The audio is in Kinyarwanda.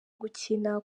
gukina